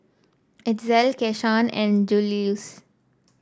Itzel Keshawn and Juluis